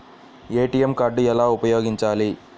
ATM card ఎలా ఉపయోగించాలి?